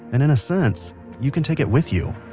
and in a sense, you can take it with you